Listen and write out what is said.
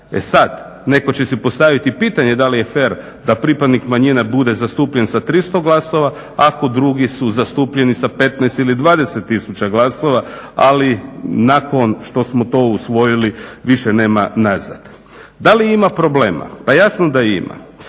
E sad, netko će si postaviti pitanje da li je fer da pripadnik manjine bude zastupljen sa 300 glasova ako drugi su zastupljeni sa 15 ili 20 tisuća glasova. Ali nakon što smo to usvojili više nema nazad. Da li ima problema? Pa jasno da ih